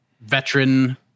veteran